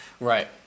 Right